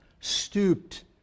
stooped